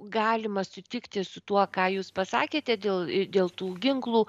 galima sutikti su tuo ką jūs pasakėte dėl dėl tų ginklų